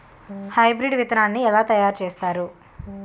Hybrid విత్తనాన్ని ఏలా తయారు చేస్తారు?